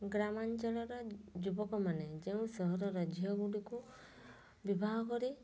ଗ୍ରାମାଞ୍ଚଳର ଯୁବକ ମାନେ ଯେଉଁ ସହରର ଝିଅ ଗୁଡ଼ିକୁ ବିବାହ କରି